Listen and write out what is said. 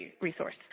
resource